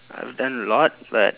I've done a lot but